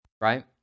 right